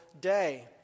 day